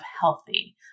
healthy